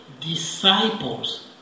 disciples